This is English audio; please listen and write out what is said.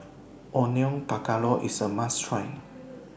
Onion Pakora IS A must Try